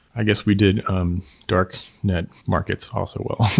i guess, we did um dark net markets also well.